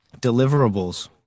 deliverables